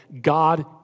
God